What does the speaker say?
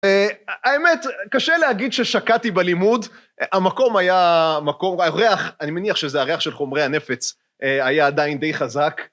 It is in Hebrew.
האמת, קשה להגיד ששקעתי בלימוד, המקום היה, המקום, הריח, אני מניח שזה הריח של חומרי הנפץ היה עדיין די חזק.